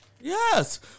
Yes